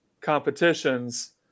competitions